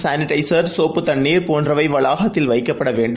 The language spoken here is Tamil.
சானிடைசர்ஸ் சோப்பு தண்ணீர் போன்றவைவளாகத்தில் வைக்கப்படவேண்டும்